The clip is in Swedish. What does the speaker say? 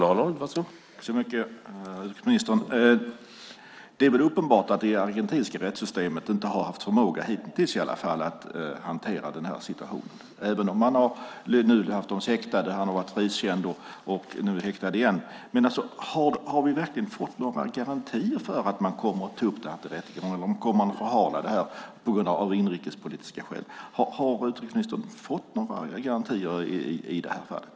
Herr talman! Tack så mycket, utrikesministern! Det är väl uppenbart att det argentinska rättssystemet i alla fall hitintills inte har haft förmåga att hantera den här situationen. Astiz har varit häktad och frikänd och är nu häktad igen. Har vi verkligen fått några garantier för att man kommer att ta upp denna rättegång? Eller kommer man att förhala det av inrikespolitiska skäl? Har utrikesministern fått några garantier i det här fallet?